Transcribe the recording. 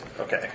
Okay